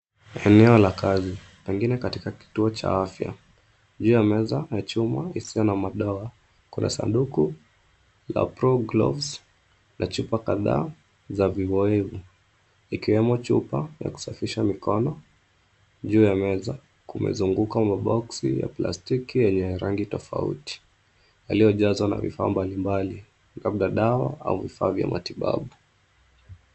Eneo la kazi pengine katika kituo cha afya. Juu ya meza ya chuma isiyo na madoa, kuna sanduku la pro gloves , na chupa kadhaa za vivoevu. ikiwemo chupa ya kusafisha mikono, juu ya meza kumezunguka maboksi ya plastiki yenye rangi tofauti, yaliyojazwa na vifaa mbalimbali labda dawa au vifaa vya matibabu.